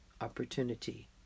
opportunity